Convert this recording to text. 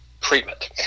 treatment